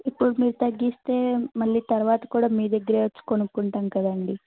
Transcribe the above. ఇప్పుడు మీరు తగ్గిస్తే మళ్ళీ తర్వాత కూడా మీ దగ్గరే వచ్చి కొనుక్కుంటాం కదండి